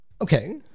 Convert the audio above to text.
Okay